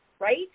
right